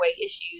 issues